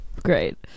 great